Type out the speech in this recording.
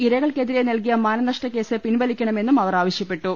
ഇര കൾക്കെ തിരെ നൽകിയ മാന ന ഷ്ട കേസ് പിൻവ ലി ക്കണ മെന്നും അവർ ആവശ്യപ്പെട്ടു